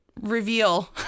reveal